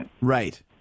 Right